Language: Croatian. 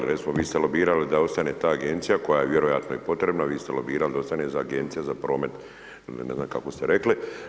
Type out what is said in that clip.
Recimo vi ste lobirali da ostane ta agencija koja je vjerojatno i potrebna, vi ste lobirali da ostane Agencija za promet ni ne znam kako ste rekli.